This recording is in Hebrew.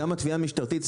גם התביעה המשטרתית,